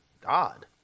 God